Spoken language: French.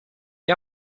est